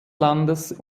landes